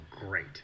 great